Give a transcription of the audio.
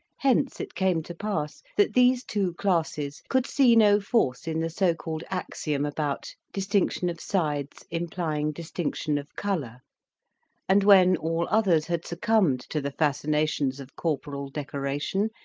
hence it came to pass that these two classes could see no force in the so-called axiom about distinction of sides implying distinction of colour and when all others had succumbed to the fascinations of corporal decoration,